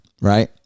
right